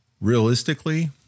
Realistically